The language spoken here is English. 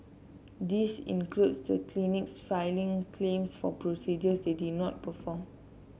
this includes the clinics filing claims for procedures they did not perform